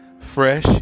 Fresh